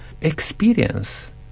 experience